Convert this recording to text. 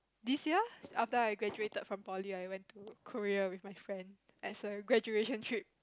this year after I graduated from poly I went to Korea with my friend as a graduation trip